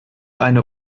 eine